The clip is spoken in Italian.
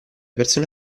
persone